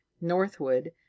Northwood